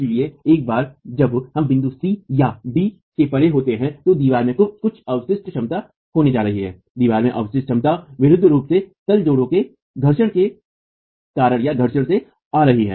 इसलिए एक बार जब हम बिंदु c या डd से परे होते हैं तो दीवार में कुछ अवशिष्ट क्षमता होने जा रही है दीवार में अवशिष्ट क्षमता विशुद्ध रूप से तल जोड़ों के घर्षण से आ रही है